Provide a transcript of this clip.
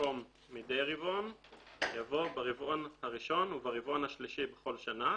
במקום "מדי רבעון" יבוא "ברבעון הראשון וברבעון השלישי בכל שנה",